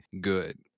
good